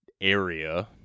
area